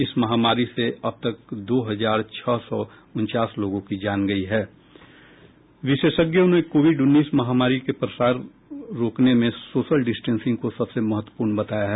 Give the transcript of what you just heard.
इस महामारी से अबतक दो हजार छह सौ उनचास लोगों की जान गयी है विशेषज्ञों ने कोविड उन्नीस महामारी के प्रसार रोकने में सोशल डिस्टेंसिंग को सबसे महत्वपूर्ण बताया है